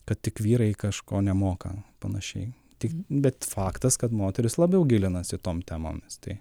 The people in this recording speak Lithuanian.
kad tik vyrai kažko nemoka panašiai tik bet faktas kad moteris labiau gilinasi tom temomis tai